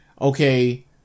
okay